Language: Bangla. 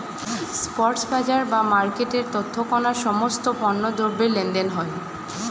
স্পট বাজার বা মার্কেটে তৎক্ষণাৎ সমস্ত পণ্য দ্রব্যের লেনদেন হয়